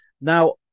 now